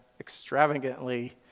extravagantly